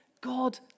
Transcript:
God